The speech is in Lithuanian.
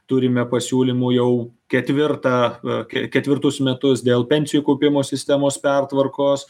turime pasiūlymų jau ketvirtą a ke ketvirtus metus dėl pensijų kaupimo sistemos pertvarkos